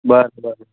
બરાબર